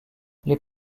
les